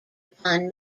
upon